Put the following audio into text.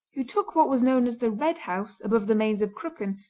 who took what was known as the red house above the mains of crooken,